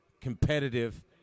competitive